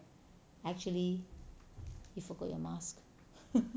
actually you forgot your mask